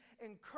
encourage